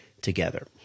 together